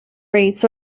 rates